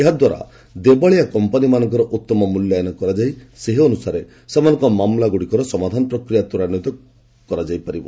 ଏହାଦ୍ୱାରା ଦେବାଳିଆ କମ୍ପାନିମାନଙ୍କର ଉତ୍ତମ ମୂଲ୍ୟାୟନ କରାଯାଇ ସେହିଅନୁସାରେ ସେମାନଙ୍କ ମାମଲାର ସମାଧାନ ପ୍ରକ୍ରିୟା ତ୍ୱରାନ୍ୱିତ ହୋଇପାରିବ